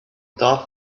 thought